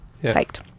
faked